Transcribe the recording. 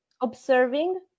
observing